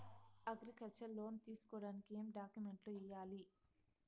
Agriculture loan తీసుకోడానికి ఏం డాక్యుమెంట్లు ఇయ్యాలి?